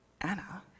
Anna